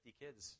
kids